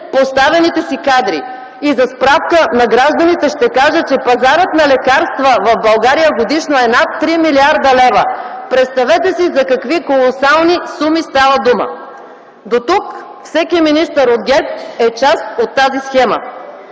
поставените си кадри. И за справка на гражданите ще кажа, че пазарът на лекарства в България годишно е над 3 милиарда лева. Представете си за какви колосални суми става дума. До тук всеки министър от ГЕРБ е част от тази схема.